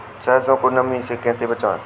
सरसो को नमी से कैसे बचाएं?